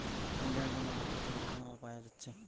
ইন্টারনেটের মাধ্যমে যে টাকা পাঠানা আর পায়া যাচ্ছে